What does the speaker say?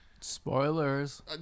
Spoilers